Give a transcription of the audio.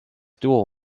dual